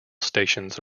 stations